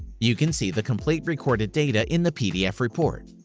you can see the complete recorded data in the pdf report.